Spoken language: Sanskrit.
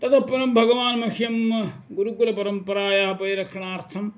ततः परं भगवान् मह्यं गुरुकुलपरम्परायाः परिरक्षणार्थं